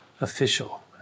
official